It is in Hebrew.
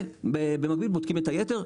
ובמקביל בודקים את היתר,